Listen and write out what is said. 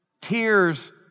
Tears